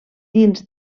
dins